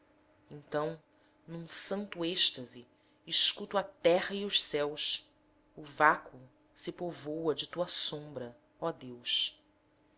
então num santo êxtase escuto a terra e os céus o vácuo se povoa de tua sombra ó deus